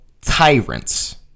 tyrants